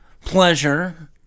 pleasure